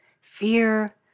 fear